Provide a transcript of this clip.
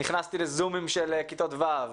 נכנסתי לזומים של כיתות ו',